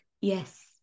Yes